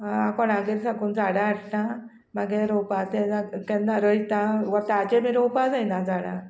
कोणागेर साकून झाडां हाडटा मागीर रोवपा तेन्ना रोयता वताचे बी रोवपा जायना झाडां